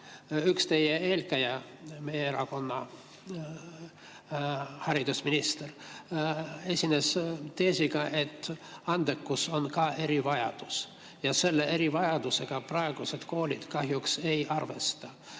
Üks teie eelkäija, meie erakonna haridusminister, esines teesiga, et andekus on ka erivajadus ja selle erivajadusega praegused koolid kahjuks ei arvesta.